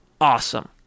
awesome